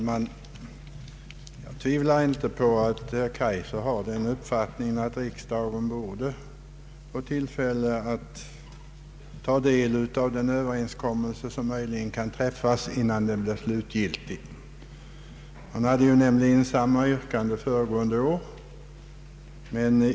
Herr talman! Jag förstår att herr Kaijser kan ha den uppfattningen att riksdagen borde få tillfälle att ta del av den överenskommelse som möjligen kan träffas innan den blir slutgiltig. Han hade samma yrkande förra året.